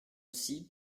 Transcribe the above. aussi